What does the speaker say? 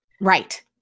Right